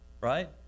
right